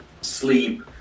sleep